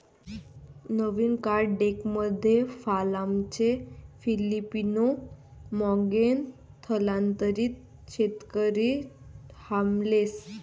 नवीन card डेकमध्ये फाहानचे Filipino मानॉन्ग स्थलांतरित शेतकरी हार्लेम